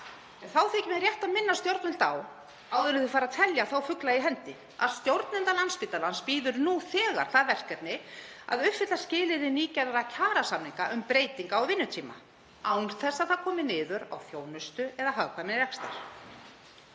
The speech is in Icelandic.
Þá þykir mér rétt að minna stjórnvöld á, áður en þau fara að telja fugla í hendi, að stjórnenda Landspítalans bíður nú þegar það verkefni að uppfylla skilyrði nýgerðra kjarasamninga um breytingu á vinnutíma án þess að það komi niður á þjónustu eða hagkvæmni rekstrar.